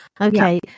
Okay